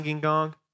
gong